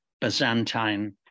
Byzantine